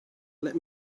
let